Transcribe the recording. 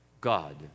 God